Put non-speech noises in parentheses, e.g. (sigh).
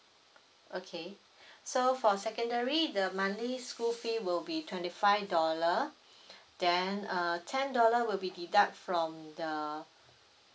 okay (breath) so for secondary the monthly school fee will be twenty five dollar (breath) then uh ten dollar will be deduct from the uh